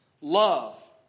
Love